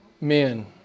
men